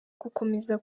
gukomeza